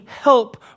help